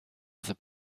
other